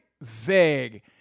vague